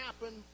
happen